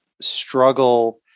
struggle